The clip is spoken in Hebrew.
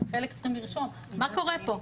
מה קורה פה?